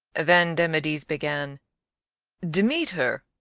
then demades began demeter,